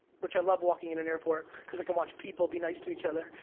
which, i love walking in an airport, cause i can watch people be nice to each other,